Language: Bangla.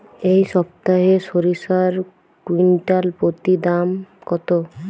এই সপ্তাহে সরিষার কুইন্টাল প্রতি দাম কত?